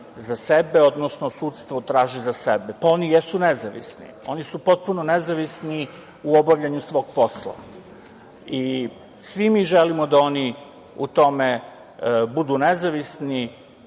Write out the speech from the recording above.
za sebe, odnosno sudstvo traži za sebe. Pa oni i jesu nezavisni, oni su potpuno nezavisni u obavljanju svog posla i svi mi želimo da oni u tome budu nezavisni,